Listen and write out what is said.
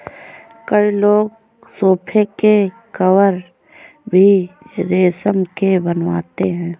कई लोग सोफ़े के कवर भी रेशम के बनवाते हैं